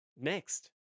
Next